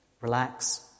relax